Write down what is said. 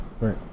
Right